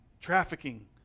Trafficking